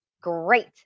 Great